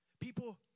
People